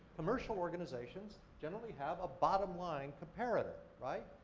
commercial organizations generally have a bottom line comparitive, right?